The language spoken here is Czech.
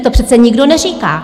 To přece nikdo neříká.